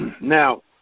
Now